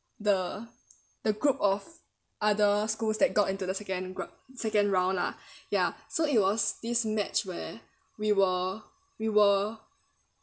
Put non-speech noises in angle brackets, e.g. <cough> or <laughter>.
the the group of other schools that got into the second grou~ second round lah <breath> ya so it was this match where we were we were